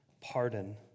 pardon